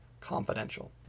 confidential